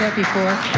before?